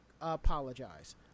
apologize